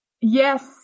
yes